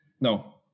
No